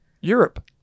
Europe